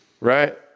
right